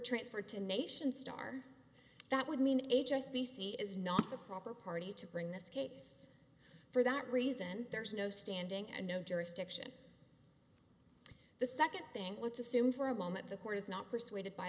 transferred to nations star that would mean a just b c is not the proper party to bring this case for that reason there's no standing and no jurisdiction the second thing let's assume for a moment the court is not persuaded by